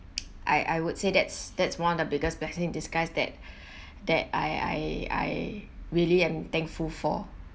I I would say that's that's one of the biggest blessing in disguise that that I I I really am thankful for